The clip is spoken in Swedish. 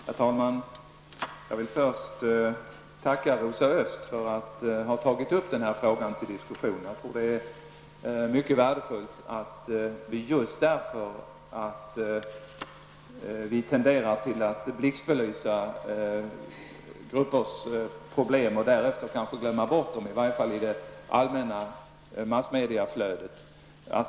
Herr talman! Jag vill först tacka Rosa Östh för att hon har tagit upp denna fråga till diskussion. Det är mycket värdefullt, eftersom vi tenderar att blixtbelysa vissa gruppers problem och därefter glömma bort dem, i varje fall i det allmänna massmediaflödet.